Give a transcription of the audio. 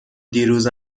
دیروز